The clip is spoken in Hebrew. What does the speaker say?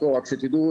רק שתדעו,